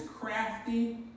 crafty